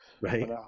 Right